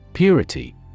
Purity